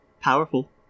Powerful